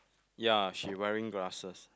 ya she wearing glasses